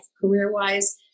career-wise